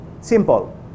simple